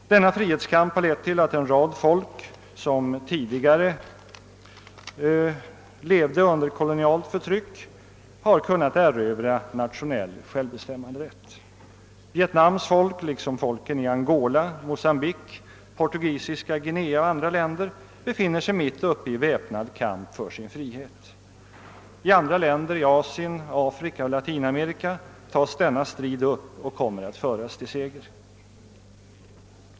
Denna frihetskamp har lett till att en rad folk som tidigare levde under kolonialt förtryck kunnat erövra nationell — självbestämmanderätt. Vietnams folk liksom folken i Angola, Mocambique, Portugisiska Guinea och andra länder befinner sig mitt uppe i väpnad kamp för sin frihet. I andra länder i Asien, Afrika och Latinamerika tas denna strid upp och kommer att föras till seger.